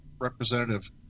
representative